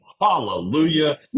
hallelujah